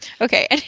Okay